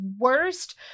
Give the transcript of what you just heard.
worst